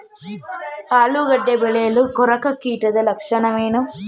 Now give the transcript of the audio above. ಆಲೂಗೆಡ್ಡೆ ಬೆಳೆಯಲ್ಲಿ ಕೊರಕ ಕೀಟದ ಲಕ್ಷಣವೇನು?